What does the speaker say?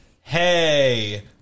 hey